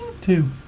Two